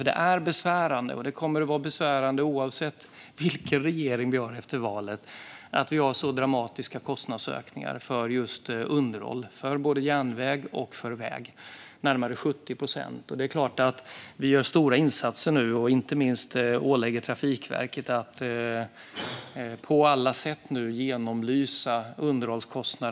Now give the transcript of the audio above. Det är besvärande, och det kommer att vara besvärande oavsett vilken regering vi har efter valet, att vi har så dramatiska kostnadsökningar för just underhåll av både järnväg och väg på närmare 70 procent. Det är klart att vi nu gör stora insatser. Inte minst ålägger vi Trafikverket att på alla sätt genomlysa underhållskostnaderna.